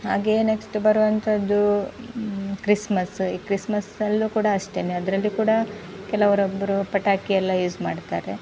ಹಾಗೆ ನೆಕ್ಸ್ಟ್ ಬರುವಂಥದ್ದು ಕ್ರಿಸ್ಮಸ್ಸು ಈ ಕ್ರಿಸ್ಮಸ್ಸಲ್ಲೂ ಕೂಡ ಅಷ್ಟೇ ಅದರಲ್ಲೂ ಕೂಡ ಕೆಲವರೊಬ್ಬರು ಪಟಾಕಿ ಎಲ್ಲ ಯೂಸ್ ಮಾಡ್ತಾರೆ